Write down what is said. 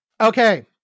Okay